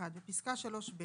- (1)בפסקה (3)(ב),